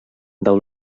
del